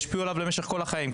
ישפיעו עליו למשך כל החיים.